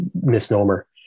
misnomer